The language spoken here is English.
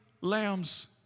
lambs